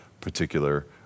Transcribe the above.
particular